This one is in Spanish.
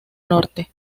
norte